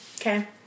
Okay